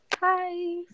Hi